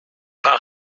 pas